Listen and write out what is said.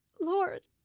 Lord